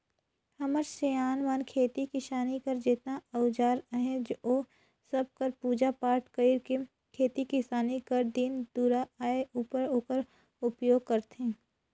हमर सियान मन खेती किसानी कर जेतना अउजार अहे ओ सब कर पूजा पाठ कइर के खेती किसानी कर दिन दुरा आए उपर ओकर उपियोग करथे